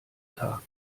tag